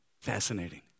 Fascinating